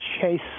chase